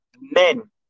men